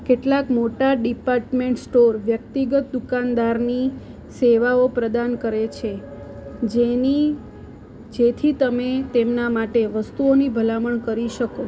કેટલાક મોટા department store વ્યક્તિગત દુકાનદારની સેવાઓ પ્રદાન કરે છે જેની જેથી તમે તેમના માટે વસ્તુઓની ભલામણ કરી શકો